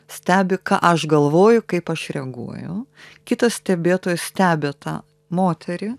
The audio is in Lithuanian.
stebi ką aš galvoju kaip aš reaguoju kitas stebėtojas stebi tą moterį